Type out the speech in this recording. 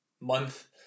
month